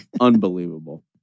Unbelievable